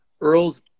earl's